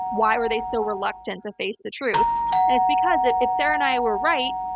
why were they so reluctant to face the truth? and it's because if if sarah and i were right,